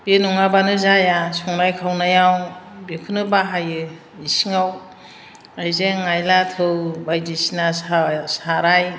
बे नङाबानो जाया संनाय खावनायाव बेखौनो बाहायो इसिङाव आइजें आइला थौ बायदिसिना साराय